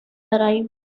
arrived